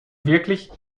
wirklich